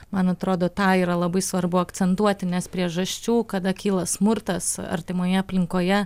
man atrodo tą yra labai svarbu akcentuoti nes priežasčių kada kyla smurtas artimoje aplinkoje